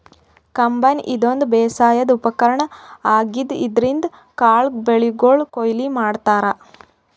combine ಇದೊಂದ್ ಬೇಸಾಯದ್ ಉಪಕರ್ಣ್ ಆಗಿದ್ದ್ ಇದ್ರಿನ್ದ್ ಕಾಳ್ ಬೆಳಿಗೊಳ್ ಕೊಯ್ಲಿ ಮಾಡ್ತಾರಾ